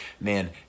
man